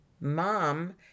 Mom